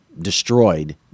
destroyed